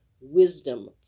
wisdom